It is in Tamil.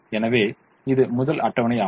எனவே இது முதல் அட்டவணை ஆகும்